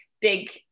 big